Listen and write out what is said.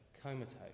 comatose